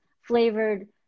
flavored